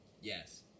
Yes